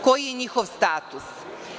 Koji je njihov status?